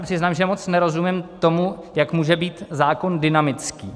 Přiznám se, že moc nerozumím tomu, jak může být zákon dynamický.